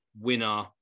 winner